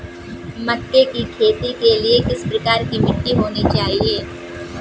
मक्के की खेती के लिए किस प्रकार की मिट्टी होनी चाहिए?